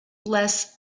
less